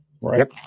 right